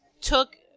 took